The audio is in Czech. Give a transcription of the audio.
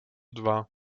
dva